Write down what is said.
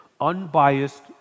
unbiased